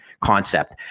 concept